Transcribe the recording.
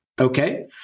Okay